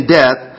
death